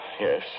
Yes